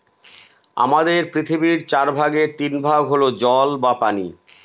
আমাদের পৃথিবীর চার ভাগের তিন ভাগ হল জল বা পানি